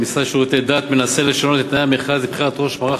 המשרד לשירותי דת מנסה לשנות את תנאי המכרז לבחירת ראש מערך